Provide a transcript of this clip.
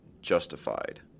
justified